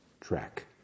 track